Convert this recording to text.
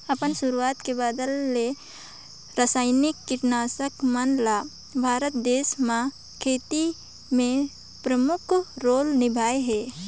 अपन शुरुआत के बाद ले रसायनिक कीटनाशक मन ल भारत देश म खेती में प्रमुख रोल निभाए हे